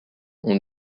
ont